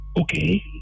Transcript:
okay